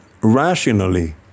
rationally